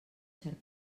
cert